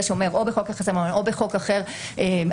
שאומר: או בחוק יחסי ממון או בחוק אחר עצמאי,